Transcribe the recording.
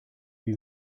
wie